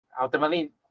ultimately